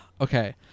Okay